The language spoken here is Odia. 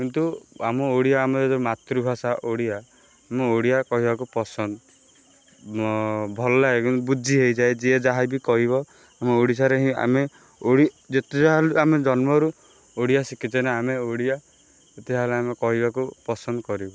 କିନ୍ତୁ ଆମ ଓଡ଼ିଆ ଆମେ ମାତୃଭାଷା ଓଡ଼ିଆ ମୁଁ ଓଡ଼ିଆ କହିବାକୁ ପସନ୍ଦ ଭଲ ଲାଗେ ବୁଝି ହୋଇଯାଏ ଯିଏ ଯାହା ବି କହିବ ଆମ ଓଡ଼ିଶାରେ ହିଁ ଆମେ ଯେତେ ଯାହା ହେଲେ ଆମେ ଜନ୍ମରୁ ଓଡ଼ିଆ ଶିଖିଛେ ନା ଆମେ ଓଡ଼ିଆ ଯେତେ ଯାହା ହେଲେ ଆମେ କହିବାକୁ ପସନ୍ଦ କରିବୁ